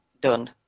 done